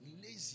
lazy